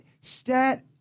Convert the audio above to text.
stat